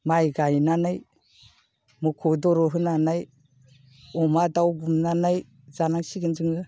माइ गायनानै मखदर' होनानै अमा दाउ गुमनानै जानांसिगोन जोङो